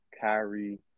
Kyrie